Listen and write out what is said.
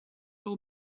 all